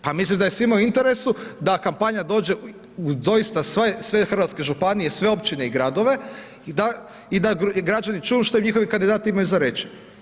Pa mislim da je svima u interesu da kampanja dođe u doista sve hrvatske županije, sve općine i gradove i da građani čuju šta njihovi kandidati imaju za reći.